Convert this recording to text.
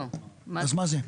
אז מה זה?